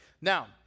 Now